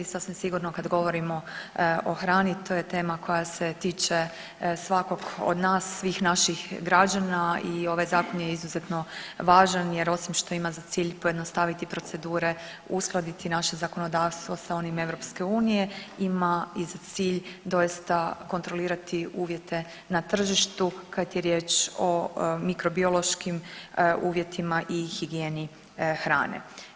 Sasvim sigurno kad govorimo o hrani to je tema koja se tiče svakog od nas, svih naših građana i ovaj zakon je izuzetno važan jer osim što ima za cilj pojednostaviti procedure, uskladiti naše zakonodavstvo sa onim EU ima i za cilj doista kontrolirati uvjete na tržištu kad je riječ o mikrobiološkim uvjetima i higijeni hrane.